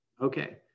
okay